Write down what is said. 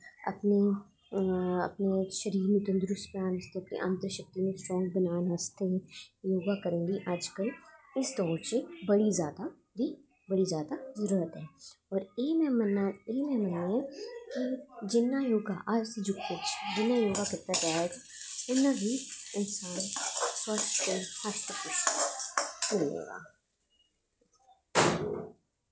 अपनें शरीर गी तंदरूस्त रक्खनें आस्तै आन्तरिक शक्ति नू स्ट्रांग बनान बास्ते योगा करन दी अज्जकल इस तरां दी बड़ा जादा जरूरत ऐ और एह् मेरा मननां ऐ कि जिन्नां योगा अस जो कुश जिनें कीते दा ऐ इनेंगी प्रोत्साह्न